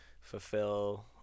fulfill